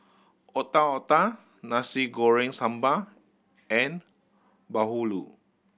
Otak Otak Nasi Goreng Sambal and bahulu